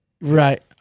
right